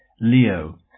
Leo